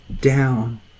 down